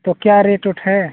तो क्या रेट ओट है